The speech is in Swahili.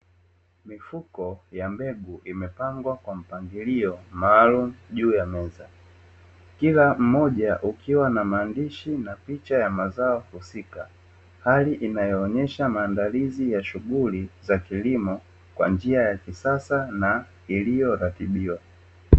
Mifuko ya mbegu imepangwa kwa mpangilio maalum juu ya meza. Kila mmoja ukiwa na maandishi na picha ya mazao husika hali inayoonyesha maandalizi ya shughuli za kilimo kwa njia ya kisaaa na iliyoratibiwa.